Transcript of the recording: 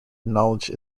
knowledge